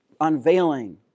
unveiling